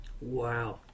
Wow